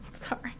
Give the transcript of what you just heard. Sorry